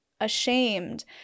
ashamed